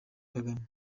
kagame